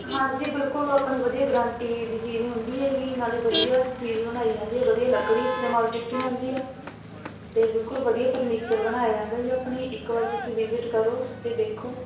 ਹਾਂਜੀ ਬਿਲਕੁਲ ਉਹ ਆਪਣੀ ਵਧੀਆ ਗਾਰੰਟੀ ਦੀ ਚੀਜ਼ ਹੁੰਦੀ ਹੈਗੀ ਨਾਲੇ ਵਧੀਆ ਚੀਜ਼ ਬਣਾਈ ਜਾਂਦੀ ਹੈ ਵਧੀਆ ਲੱਕੜੀ ਇਸਤੇਮਾਲ ਕੀਤੀ ਜਾਂਦੀ ਹੈ ਅਤੇ ਬਿਲਕੁਲ ਵਧੀਆ ਫਰਨੀਚਰ ਬਣਾਇਆ ਜਾਂਦਾ ਜੀ ਆਪਣੇ ਇੱਕ ਵਾਰ ਤੁਸੀਂ ਵਿਜਿਟ ਕਰੋ ਅਤੇ ਦੇਖੋ